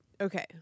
Okay